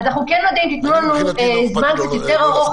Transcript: אנחנו כן נודה אם תתנו לנו זמן קצת יותר ארוך,